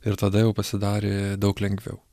ir tada jau pasidarė daug lengviau